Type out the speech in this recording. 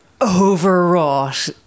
overwrought